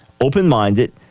open-minded